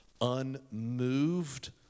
unmoved